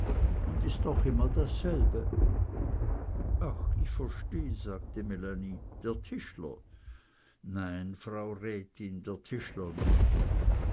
und is ooch immer dasselbe ah ich versteh sagte melanie der tischler nein frau rätin der tischler nich